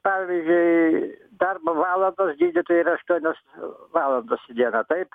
pavyzdžiui darbo valandos gydytojui yra aštuonios valandos į dieną taip